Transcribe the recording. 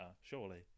surely